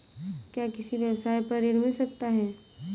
क्या किसी व्यवसाय पर ऋण मिल सकता है?